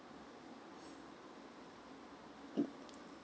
mm